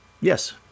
Yes